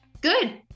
good